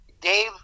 Dave